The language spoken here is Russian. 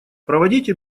проводите